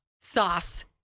Sauce